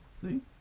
see